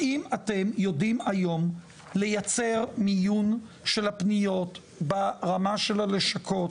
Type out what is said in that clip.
האם אתם יודעים היום לייצר מיון של הפניות ברמה של הלשכות,